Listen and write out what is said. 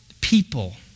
people